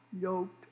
yoked